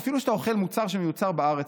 אפילו כשאתה אוכל מוצר שמיוצר בארץ,